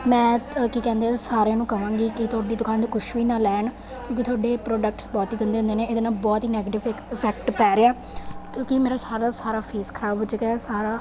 ਮੈਂ ਕੀ ਕਹਿੰਦੇ ਸਾਰਿਆਂ ਨੂੰ ਕਵਾਂਗੀ ਕੀ ਤੁਹਾਡੀ ਦੁਕਾਨ ਤੋਂ ਕੁਛ ਵੀ ਨਾ ਲੈਣ ਕਿਉਂਕਿ ਤੁਹਾਡੇ ਪ੍ਰੋਡਕਟਸ ਬਹੁਤ ਹੀ ਗੰਦੇ ਹੁੰਦੇ ਨੇ ਇਹਦੇ ਨਾਲ ਬਹੁਤ ਹੀ ਨੈਗੇਟਿਵ ਇਫੈਕਟ ਪੈ ਰਿਹਾ ਕਿਉਂਕਿ ਮੇਰਾ ਸਾਰਾ ਦਾ ਸਾਰਾ ਫੇਸ ਖਰਾਬ ਹੋ ਜਾਏਗਾ ਸਾਰਾ